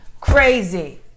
Crazy